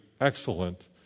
excellent